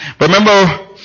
remember